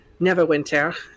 Neverwinter